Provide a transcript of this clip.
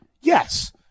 yes